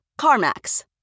CarMax